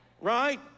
Right